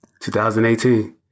2018